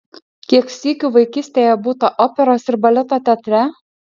kiek sykių vaikystėje būta operos ir baleto teatre